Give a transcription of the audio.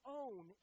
own